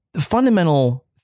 fundamental